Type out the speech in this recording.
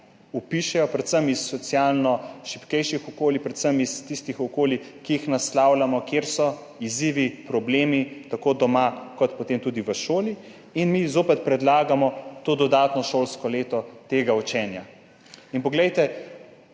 vpišejo, predvsem iz socialno šibkejših okolij, predvsem iz tistih okolij, ki jih naslavljamo, kjer so izzivi, problemi tako doma kot potem tudi v šoli. Mi zopet predlagamo to dodatno šolsko leto tega učenja. To znanje